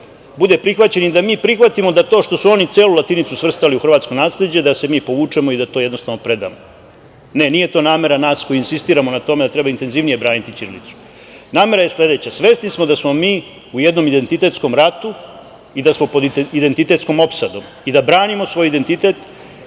bude prihvaćen i da mi prihvatimo da to što su oni celu latinicu svrstali u hrvatsko nasleđe, da se mi povučemo i da to jednostavno predamo. Ne, nije to namera nas koji insistiramo na tome da treba intenzivnije braniti ćirilicu. Namera je sledeća. Svesni smo da smo mi u jednom identitetskom ratu i da smo pod identitetskom opsadom, da branimo svoj identitet